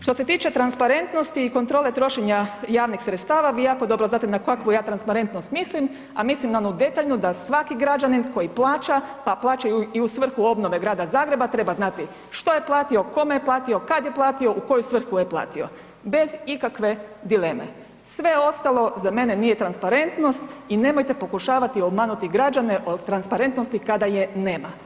Što se tiče transparentnosti i kontrole trošenja javnih sredstava, vi jako dobro znate na kakvu ja transparentnost mislim, a mislim na onu detaljnu da svaki građanin koji plaća, pa plaća i u svrhu obnove Grada Zagreba, treba znati što je platio, kome je platio, kad je platio, u koju svrhu je platio, bez ikakve dileme, sve ostalo za mene nije transparentnost i nemojte pokušavati obmanuti građane o transparentnosti kada je nema.